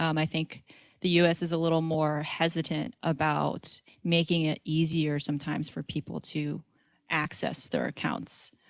um i think the us is a little more hesitant about making it easier sometimes for people to access their accounts.